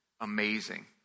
amazing